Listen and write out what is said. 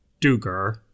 Duger